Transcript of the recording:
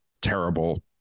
terrible